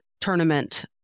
tournament